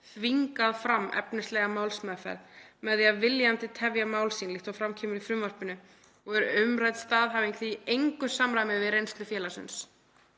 „þvingað fram efnislega málsmeðferð“ með því að viljandi tefja mál sín, líkt og fram kemur í frumvarpinu, og er umrædd staðhæfing því í engu samræmi við reynslu félagsins.“